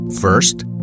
First